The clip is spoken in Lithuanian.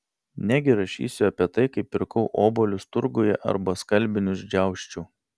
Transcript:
negi rašysiu apie tai kaip pirkau obuolius turguje arba skalbinius džiausčiau